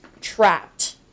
trapped